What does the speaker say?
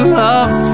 love